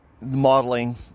modeling